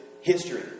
history